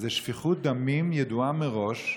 זו שפיכות דמים ידועה מראש,